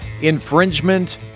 infringement